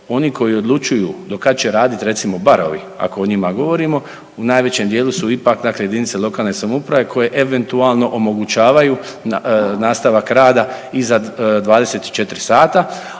oni koji odlučuju do kad će raditi recimo barovi ako o njima govorimo u najvećem dijelu su ipak dakle jedinice lokalne samouprave koje eventualno omogućavaju nastavak rada iza 24 sata,